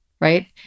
right